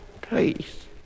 please